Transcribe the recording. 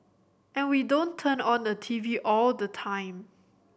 and we don't turn on the TV all the time